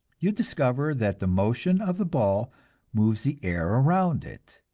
you discover that the motion of the ball moves the air around it,